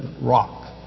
rock